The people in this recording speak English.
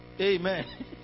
Amen